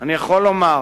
אני יכול לומר